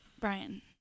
Brian